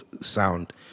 sound